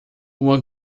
uma